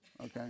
okay